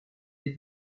des